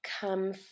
come